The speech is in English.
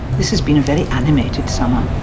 this has been a very animated summer,